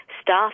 staff